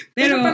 Pero